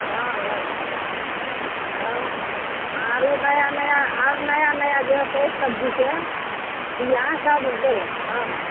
हँ लगतै हँ आरो नया नया आर नया नया जे होयतै सबजीके बिआ सब देबै हँ